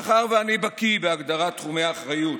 מאחר שאני בקי בהגדרת תחומי האחריות